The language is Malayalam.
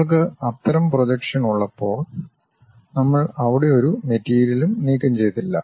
നമ്മൾക്ക് അത്തരം പ്രൊജക്ഷൻ ഉള്ളപ്പോൾ നമ്മൾ അവിടെ ഒരു മെറ്റീരിയലും നീക്കംചെയ്തില്ല